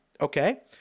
Okay